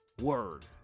word